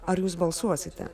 ar jūs balsuosite